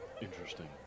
Interesting